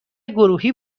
گروهی